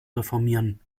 reformieren